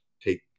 take